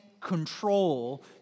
control